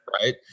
Right